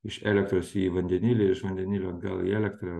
iš elektros į vandenilį iš vandenilio atgal į elektrą